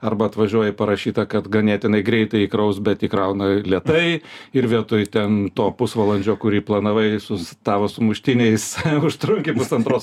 arba atvažiuoji parašyta kad ganėtinai greitai įkraus bet įkrauna lėtai ir vietoj ten to pusvalandžio kurį planavai su tą va sumuštiniais užtrunki pusantros